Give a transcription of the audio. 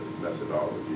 methodology